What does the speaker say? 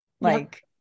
Like-